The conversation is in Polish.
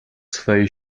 swej